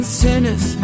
sinners